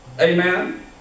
Amen